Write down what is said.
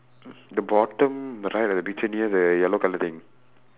the bottom the right of the picture near the yellow colour thing